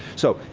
so,